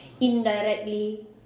indirectly